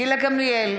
גילה גמליאל,